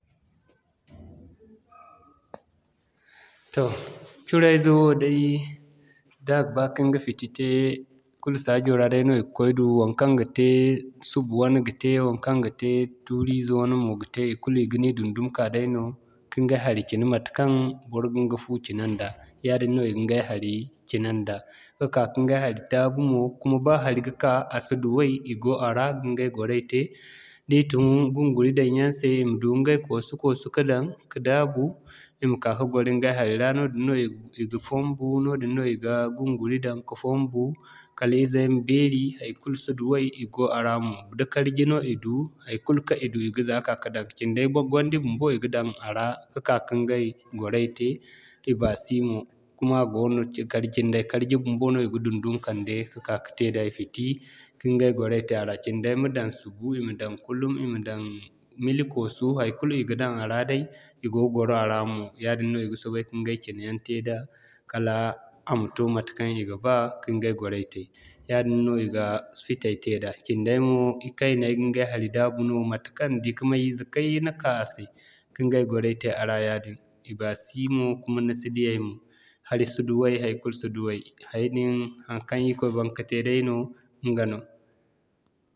Toh curaizey wo day da gaba ka ɲga fiti te kulu saajo ra day no i ga koy ka du waŋkaŋ ga te subu wane ga te, waŋkaŋ ga te tuuri ize wane mo ga te ikulu i ga ni dundum ga ka day no, ka ɲgay hari cina matekaŋ bor ga ɲga fu cina nda yaadin no i ga ɲgay hari cina nda. Ka'ka ka ɲgay hari daabu mo, kuma ba hari ga ka, a si duway, i go a ra ga ɲgay gwaray te, da i tun gunguri daŋ yaŋ se i ma du ɲgay kosu-koosu ka daŋ, ka daabu i ma ka'ka gwaro ɲgay hari ra. Noodin no i ga fombu, noodin no i ga gunguri daŋ ka fombu kala izey ma beeri, haikulu si duway i go a ra mo. Da karji no i du, haikulu kaŋ i du i ga zaaka ka dake cinday ba gwandi bumbo i ga daŋ a ra ka'ka ka ɲgay gwaray te i baasi mo kuma a go ce karji nday karji bumbo no i ga dundum ka'kande ka te day fiti ka ɲgay gwaray te a ra. Cinday ma daŋ subu, i ma daŋ kulum, i ma daŋ mili-koosu haikulu i ga daŋ a ra day, i go gwaro a ra mo yaadin no i ga soobay ka ɲgay cina yaŋ te da, kala a ma to matekaŋ i ga ba, ka ɲgay gwaray te. Yaadin no i ga fitay te da cinday mo ikaynay ga ɲgay hari daabu no, matekaŋ di ka mey ize kayyna ka a se ka ɲgay gwaray te a ra yaadin. I baasi mo, kuma ni si diyay mo hari si duway, haikulu si duway haidin, haŋkaŋ irikoy baŋ ka te day no, ɲga no.